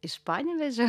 iš panevėžio